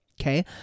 okay